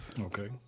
Okay